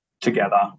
together